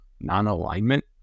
non-alignment